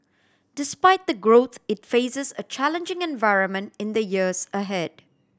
despite the growth it faces a challenging environment in the years ahead